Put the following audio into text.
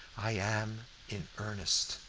i am in earnest.